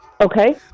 Okay